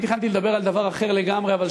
אני תכננתי לדבר על דבר אחר לגמרי אבל